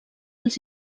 els